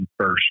first